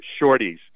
shorties